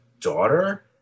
daughter